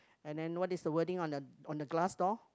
and then what is the wording on the on the glass door